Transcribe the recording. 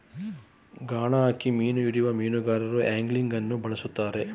ಗಾಣ ಹಾಕಿ ಮೀನು ಹಿಡಿಯುವ ಮೀನುಗಾರರು ಆಂಗ್ಲಿಂಗನ್ನು ಬಳ್ಸತ್ತರೆ